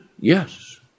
Yes